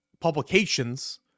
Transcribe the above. publications